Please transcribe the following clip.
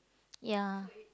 ya